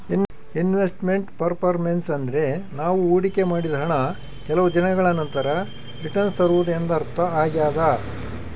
invest made performance ಅಂದ್ರೆ ನಾವು ಹೊಡಿಕೆ ಮಾಡಿದ ಹಣ ಕೆಲವು ದಿನಗಳ ನಂತರ ರಿಟನ್ಸ್ ತರುವುದು ಎಂದರ್ಥ ಆಗ್ಯಾದ